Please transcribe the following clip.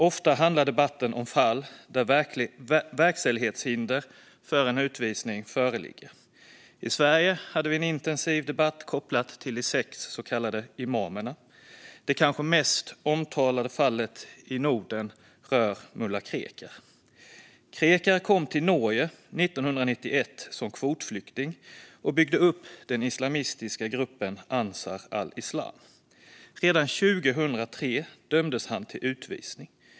Ofta handlar debatten om fall där verkställighetshinder för en utvisning föreligger. I Sverige hade vi en intensiv debatt kopplad till de sex så kallade imamerna. Det kanske mest omtalade fallet i Norden rör mulla Krekar. Krekar kom till Norge 1991 som kvotflykting och byggde upp den islamistiska gruppen Ansar al-Islam. Redan 2003 dömdes han till utvisning.